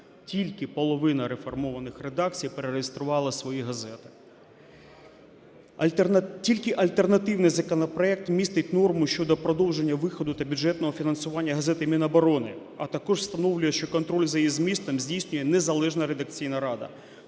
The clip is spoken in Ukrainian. тільки половина реформованих редакцій перереєструвала свої газети. Тільки альтернативний законопроект містить норму щодо продовження виходу та бюджетного фінансування газети Міноборони, а також встановлює, що контроль за її змістом здійснює незалежна редакційна рада.